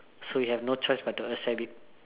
so you have no choice but to accept it